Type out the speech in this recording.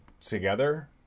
together